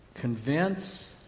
Convince